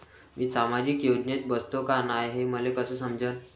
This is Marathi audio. मी सामाजिक योजनेत बसतो का नाय, हे मले कस समजन?